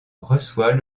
reçoit